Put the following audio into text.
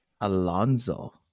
Alonso